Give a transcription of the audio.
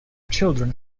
children